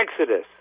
Exodus